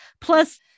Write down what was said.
Plus